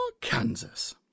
Kansas